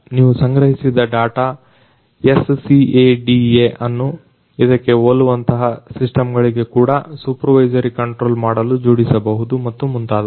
ನೀವು ಸಂಗ್ರಹಿಸಿದ data SCADA ಅನ್ನು ಅದಕ್ಕೆ ಹೋಲುವಂತಹ ಸಿಸ್ಟಮ್ ಗಳಿಗೆ ಕೂಡ ಸೂಪರ್ವೈಸರಿ ಕಂಟ್ರೋಲ್ ಮಾಡಲು ಜೋಡಿಸಬಹುದು ಮತ್ತು ಮುಂತಾದವುಗಳು